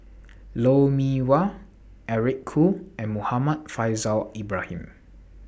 Lou Mee Wah Eric Khoo and Muhammad Faishal Ibrahim